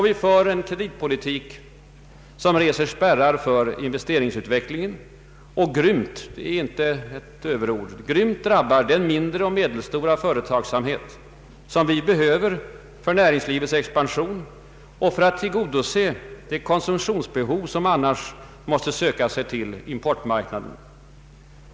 Vi för en kreditpolitik som reser spärrar för investeringsutvecklingen och som grymt — det är inte överord — drabbar den mindre och medelstora företagsamhet som vi behöver för näringslivets expansion och för att tillgodose det konsumtionsbehov som annars måste söka sig till importmarknaden.